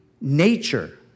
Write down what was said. nature